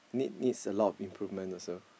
need needs a lot of improvement also